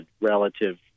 relative